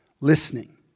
Listening